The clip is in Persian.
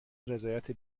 رضایت